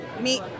meet